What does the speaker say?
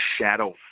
shadow